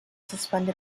suspended